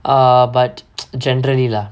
err but generally lah